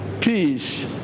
Peace